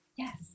Yes